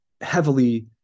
heavily